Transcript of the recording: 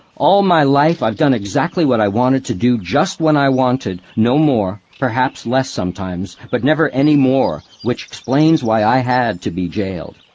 all my life i've done exactly what i wanted to do just when i wanted, no more, perhaps less sometimes, but never any more, which explains why i had to be jailed.